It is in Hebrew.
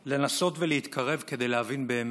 לנסות להתקרב כדי להבין באמת,